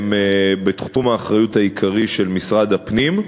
הן בתחום האחריות העיקרי של משרד הפנים,